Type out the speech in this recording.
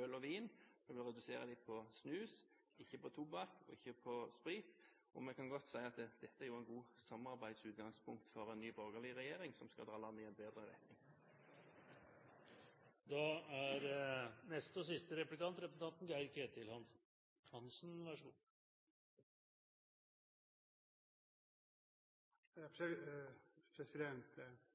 øl og vin, vi vil redusere dem på snus, men ikke på tobakk og sprit. Vi kan godt si at dette er et godt samarbeidsutgangspunkt for en ny borgerlig regjering som skal dra landet i en bedre retning. Jeg ser i Fremskrittspartiets alternative budsjett at man foreslår å privatisere NRK. NRK skal ikke lenger være den kanalen den er, men den skal være kommersielt finansiert og privatisert. Det